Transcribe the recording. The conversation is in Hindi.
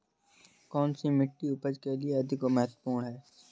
कौन सी मिट्टी उपज के लिए अधिक महत्वपूर्ण है?